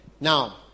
Now